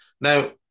Now